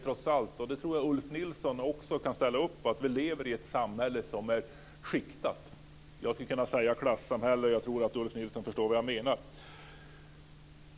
Ulf Nilsson kan ställa upp på att vi lever i ett samhälle som är skiktat. Vi skulle kunna säga klassamhälle, och jag tror att Ulf Nilsson förstår vad jag menar.